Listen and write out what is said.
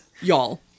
y'all